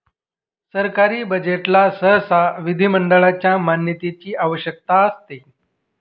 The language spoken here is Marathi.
सरकारी बजेटला सहसा विधिमंडळाच्या मान्यतेची आवश्यकता असते